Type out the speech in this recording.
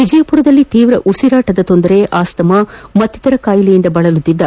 ವಿಜಯಪುರದಲ್ಲಿ ತೀವ್ರ ಉಸಿರಾಟದ ತೊಂದರೆ ಅಸ್ತಮಾ ಮತ್ತಿತರ ಕಾಯಿಲೆಗಳಿಂದ ಬಳಲುತ್ತಿದ್ದ